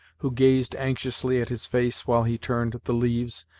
who gazed anxiously at his face while he turned the leaves,